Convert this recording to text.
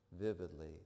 vividly